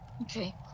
Okay